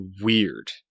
weird